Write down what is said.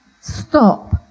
Stop